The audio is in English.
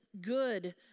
Good